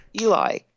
Eli